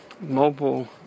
mobile